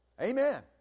Amen